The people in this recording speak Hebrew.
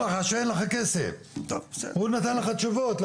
הוא אמר לך שאין לך כסף, הוא נתן לך תשובות.